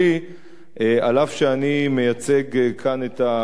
אף שאני מייצג כאן את הממשלה.